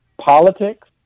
politics